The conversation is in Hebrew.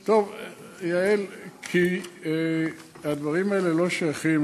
טוב, יעל, הדברים האלה לא שייכים.